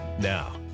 Now